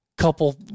couple